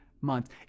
months